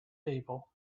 people